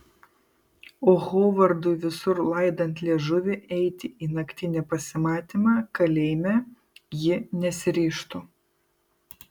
o hovardui visur laidant liežuvį eiti į naktinį pasimatymą kalėjime ji nesiryžtų